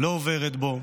לא עוברת בו,